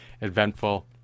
eventful